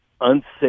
unsafe